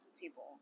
people